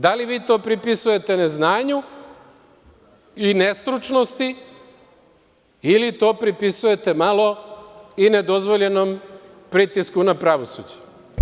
Da li vi to pripisujete neznanju i nestručnosti ili to pripisujete malo i nedozvoljenom pritisku na pravosuđe?